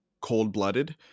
cold-blooded